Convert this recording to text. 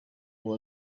uwo